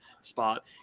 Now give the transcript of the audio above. spot